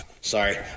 Sorry